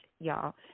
y'all